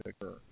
occur